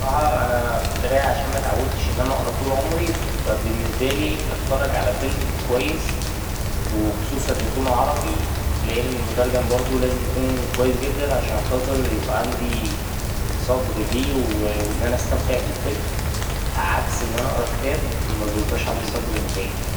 بصراحة أنا في القراية عشان متعودتش إن أنا اقرا طول عمري فا بالنسبالي أتفرج على فيلم كويس وخصوصا يكون عربي لأن المترجم بردو لازم يكون كويس جدا عشان خاطر يبقى عندي صبر ليه وإن أنا أستمتع بالفيلم عكس إن أنا أقرا كتاب مبيبقاش عندي صبر نهائي